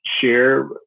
share